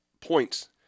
points